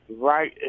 right